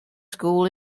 school